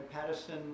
Patterson